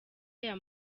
aya